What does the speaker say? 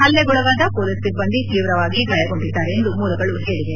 ಹಲ್ಲೆಗೊಳಗಾದ police ಸಿಬ್ಲಂದಿ ತೀವ್ರವಾಗಿ ಗಾಯಗೊಂಡಿದ್ದಾರೆ ಎಂದು ಮೂಲಗಳು ಹೇಳವೆ